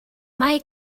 mae